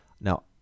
Now